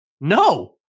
No